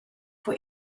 for